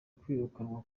kwirukanwa